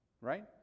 right